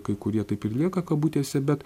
kai kurie taip ir lieka kabutėse bet